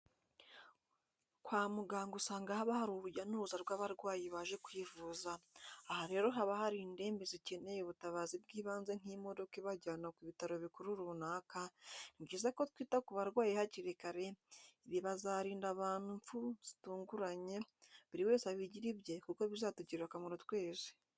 Kwa muganga usanga haba hari urujya n'uruza rw'abarwayi baje kwivuza, aha rero haba hari indembe zikeneye ubutabazi bw'ibanze nk'imodoka ibajyana ku bitaro bikuru runaka, ni byiza ko twita ku barwayi hakiri kare, ibi bazarinda abantu impfu zitunguranye, buri wese abigire ibye kuko bizatugirira akamaro twese.